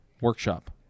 workshop